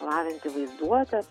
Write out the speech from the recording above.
lavinti vaizduotę